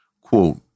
Quote